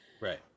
Right